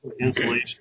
insulation